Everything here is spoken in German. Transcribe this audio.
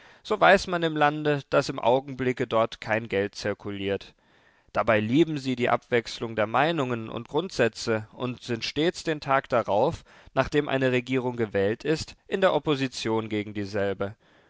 so weiß man im lande daß im augenblicke dort kein geld zirkuliert dabei lieben sie die abwechselung der meinungen und grundsätze und sind stets den tag darauf nachdem eine regierung gewählt ist in der opposition gegen dieselbe